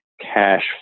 cash